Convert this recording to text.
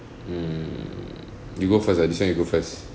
mm you go first ah this one you go first